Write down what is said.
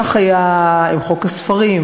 כך היה עם חוק הספרים,